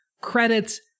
credits